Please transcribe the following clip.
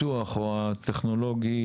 הפיתוח הטכנולוגי,